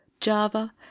java